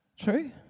True